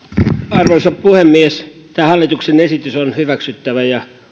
arvoisa puhemies tämä hallituksen esitys on hyväksyttävä ja